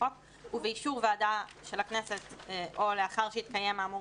(הגבלת פעילות של מוסדות המקיימים פעילות חינוך)